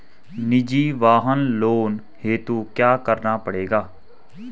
निजी वाहन लोन हेतु क्या करना पड़ेगा?